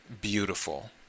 beautiful